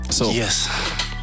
Yes